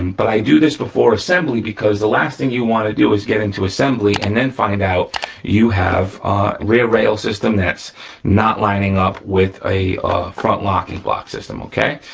but i do this before assembly because the last thing you wanna do is get into assembly and then find out you have rear rails system that's not lining up with a front locking block system okay?